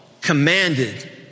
commanded